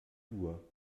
uhr